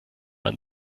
man